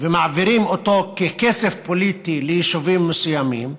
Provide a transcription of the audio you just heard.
ומעבירים אותו ככסף פוליטי ליישובים מסוימים,